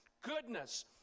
goodness